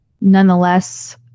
Nonetheless